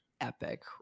epic